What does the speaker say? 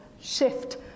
shift